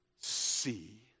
see